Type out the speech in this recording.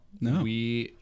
No